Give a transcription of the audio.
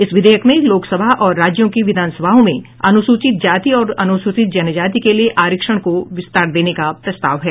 इस विधेयक में लोकसभा और राज्यों की विधानसभाओं में अनुसूचित जाति और अनुसूचित जनजाति के लिए आरक्षण को विस्तार देने का प्रस्ताव है